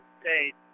state